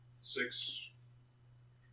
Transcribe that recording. Six